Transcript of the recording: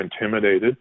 intimidated